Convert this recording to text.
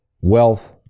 wealth